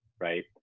right